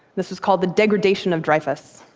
this was called the degradation of dreyfus.